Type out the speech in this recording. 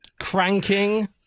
cranking